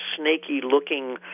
snaky-looking